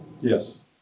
Yes